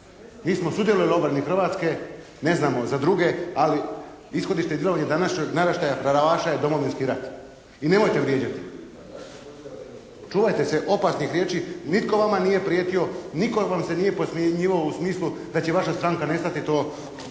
Mi smo sudjelovali u obrani Hrvatske, ne znamo za druge, ali ishodište današnjeg naraštaja pravaša je Domovinski rat i nemojte vrijeđati. Čuvajte se opasnih riječi. Nitko vama nije prijetio, nitko vam se nije podsmjehivao u smislu da će vaša stranka nestati to